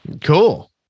Cool